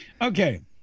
Okay